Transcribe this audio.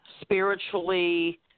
spiritually